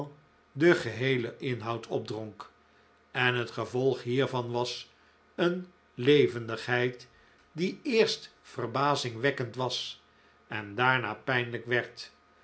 den geheelen inhoud opdronk en het gevolg hiervan was een levendigheid die eerst verbazingwekkend was en daarna pijnlijk werd